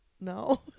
No